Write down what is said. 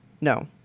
No